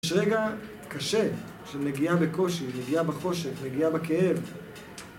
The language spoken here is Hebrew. יש רגע קשה, של נגיעה בקושי, נגיעה בחושך, נגיעה בכאב